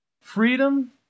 Freedom